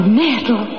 metal